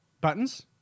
buttons